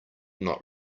not